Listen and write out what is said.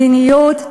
מדיניות,